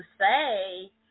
say